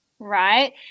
Right